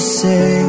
say